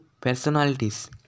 personalities